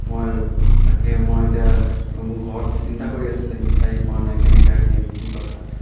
মই তাকে মই এতিয়া মোৰ ঘৰত চিন্তা কৰি আছিলে গাড়ী পোৱা নাই কেনেকৈ আহিম কি কথা